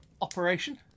operation